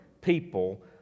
people